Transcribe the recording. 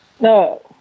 No